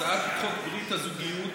הצעת חוק ברית הזוגיות,